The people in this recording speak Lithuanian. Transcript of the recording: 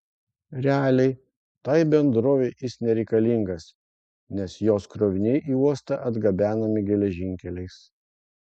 realiai tai bendrovei jis nereikalingas nes jos kroviniai į uostą atgabenami geležinkeliais